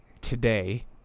Today